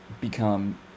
become –